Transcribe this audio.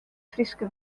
fryske